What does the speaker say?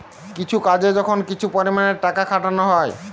কিছু কাজে যখন কিছু পরিমাণে টাকা খাটানা হয়